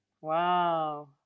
Wow